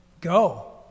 go